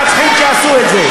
הרגו את אבא שלו.